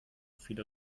viele